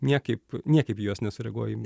niekaip niekaip į juos nesureaguoju